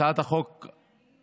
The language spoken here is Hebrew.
הצעת החוק הזאת,